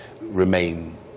remain